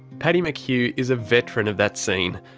paddy mchugh is a veteran of that scene,